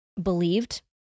believed